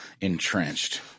entrenched